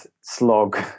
slog